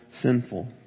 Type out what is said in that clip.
sinful